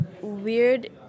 weird